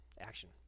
action